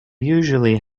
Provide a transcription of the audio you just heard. usually